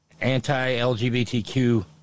anti-LGBTQ